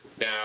Now